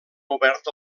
obert